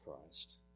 christ